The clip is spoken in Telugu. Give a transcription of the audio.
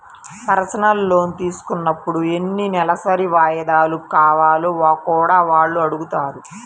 పర్సనల్ లోను తీసుకున్నప్పుడు ఎన్ని నెలసరి వాయిదాలు కావాలో కూడా వాళ్ళు అడుగుతారు